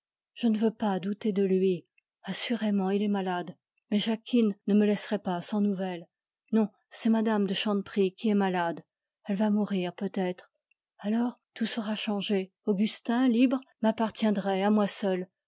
je ne veux pas douter de lui assurément il est malade mais jacquine ne me laisserait pas sans nouvelle non c'est mme de chanteprie qui est malade elle va mourir peut-être alors tout sera changé augustin libre m'appartiendrait à moi seule